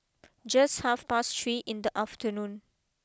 just half past three in the afternoon